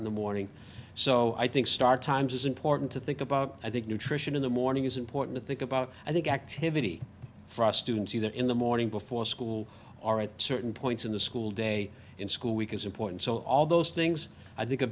in the morning so i think star times is in port to think about i think nutrition in the morning is important to think about i think activity for us students either in the morning before school all right certain points in the school day in school week is important so all those things i think